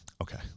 okay